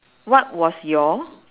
what was your